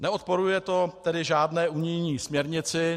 Neodporuje to tedy žádné unijní směrnici.